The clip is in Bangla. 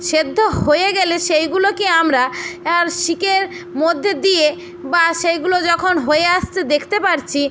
সেদ্ধ হয়ে গেলে সেইগুলোকে আমরা শিকের মধ্যে দিয়ে বা সেইগুলো যখন হয়ে আসছে দেখতে পারছি